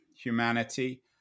humanity